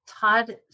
Todd